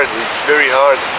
it's very hard